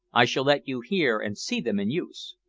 i shall let you hear and see them in use.